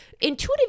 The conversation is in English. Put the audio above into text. Intuitive